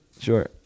sure